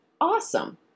awesome